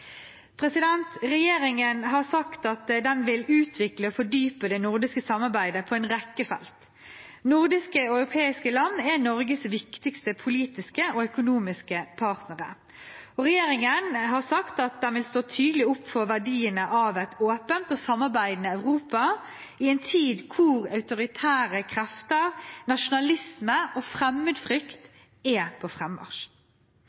Regjeringen har sagt at den vil utvikle og fordype det nordiske samarbeidet på en rekke felt. Nordiske og europeiske land er Norges viktigste politiske og økonomiske partnere. Regjeringen har sagt at den vil stå tydelig opp for verdiene av et åpent og samarbeidende Europa i en tid da autoritære krefter, nasjonalisme og